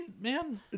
man